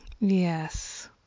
Yes